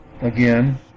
again